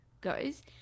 goes